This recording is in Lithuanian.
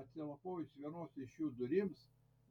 atsilapojus vienos iš jų durims